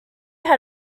had